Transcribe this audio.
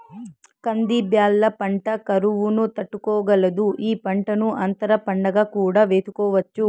కంది బ్యాళ్ళ పంట కరువును తట్టుకోగలదు, ఈ పంటను అంతర పంటగా కూడా వేసుకోవచ్చు